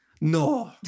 No